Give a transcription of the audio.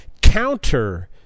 counter-